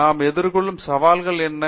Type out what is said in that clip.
நாம் எதிர்கொள்ளும் சவால்கள் என்ன